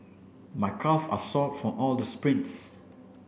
my calve are sore from all the sprints